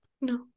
No